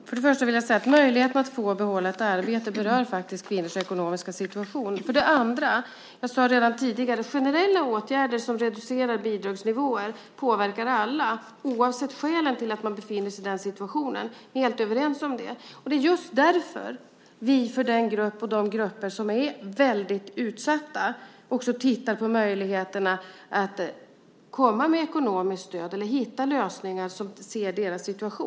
Fru talman! För det första vill jag säga att möjligheten att få och behålla ett arbete berör faktiskt kvinnors ekonomiska situation. För det andra sade jag redan tidigare att generella åtgärder som reducerar bidragsnivåer påverkar alla, oavsett skälen till att man befinner sig i den situationen. Vi är helt överens om det. Det är just därför som vi tittar på möjligheterna att komma med ekonomiska stöd eller hitta lösningar för de grupper som är väldigt utsatta.